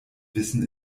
wissen